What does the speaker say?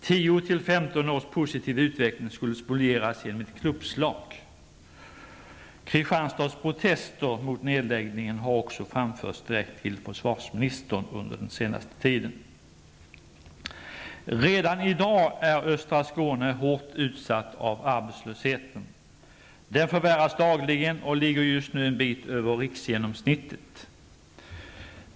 Tio till femton års positiv utveckling skulle spolieras genom ett klubbslag. Kristianstads protester mot nedläggningen har också framförts direkt till försvarsministern under den senaste tiden. Redan i dag är östra Skåne hårt utsatt av arbetslösheten. Den förvärras dagligen och ligger just nu en bit över riksgenomsnittet.